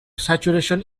saturation